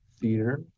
theater